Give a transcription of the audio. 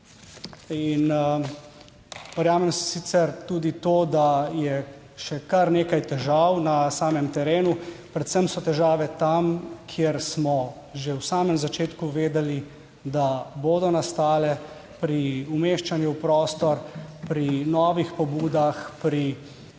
In verjamem sicer tudi to, da je še kar nekaj težav na samem terenu. Predvsem so težave tam, kjer smo že v samem začetku vedeli, da bodo nastale: pri umeščanju v prostor, pri novih pobudah, pri